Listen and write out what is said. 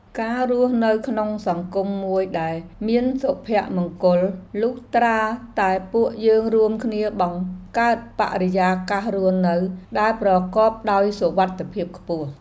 ការរស់នៅក្នុងសង្គមមួយដែលមានសុភមង្គល លុះត្រាតែពួកយើងរួមគ្នាបង្កើតបរិយាកាសរស់នៅដែលប្រកបដោយសុវត្ថិភាពខ្ពស់។